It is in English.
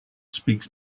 speaks